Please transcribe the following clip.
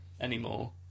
anymore